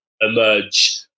emerge